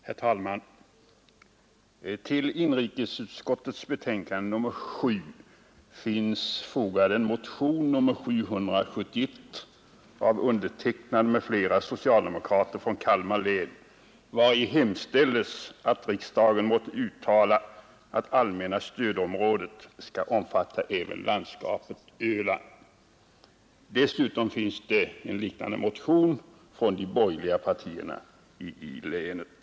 Herr talman! Till inrikesutskottets betänkande nr 7 finns fogat bl.a. motionen 771 av mig m.fl. socialdemokrater från Kalmar län, vari hemställes att riksdagen måtte uttala att allmänna stödområdet skall omfatta även landskapet Öland. Dessutom finns en liknande motion från de borgerliga partierna i länet.